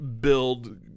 build